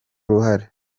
uruhara